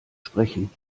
sprechen